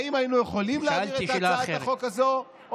האם היינו יכולים להעביר את הצעת החוק או לא?